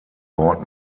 wort